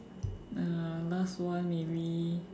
uh last one maybe